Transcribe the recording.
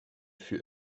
fut